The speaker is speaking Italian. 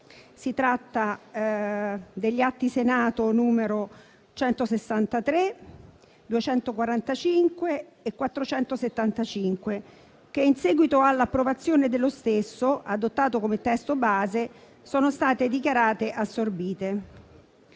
di legge (gli Atti Senato 163, 245 e 475), che, in seguito all'approvazione dello stesso, adottato come testo base, sono stati dichiarati assorbiti.